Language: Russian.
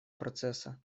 процесса